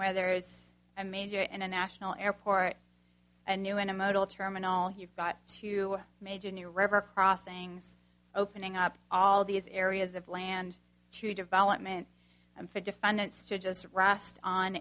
where there's a major international airport a new and a model terminal you've got two major new river crossings opening up all these areas of land to development and for defendants to just rust on